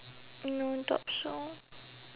no doubts ah